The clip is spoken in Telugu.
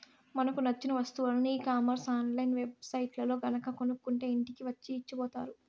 మనకు నచ్చిన వస్తువులని e commerce online web సైట్లల్లో గనక కొనుక్కుంటే ఇంటికి వచ్చి ఇచ్చిపోతారు